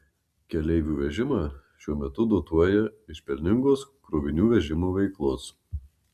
keleivių vežimą šiuo metu dotuoja iš pelningos krovinių vežimo veiklos